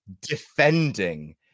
defending